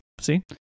See